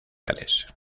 gales